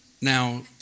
now